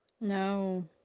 No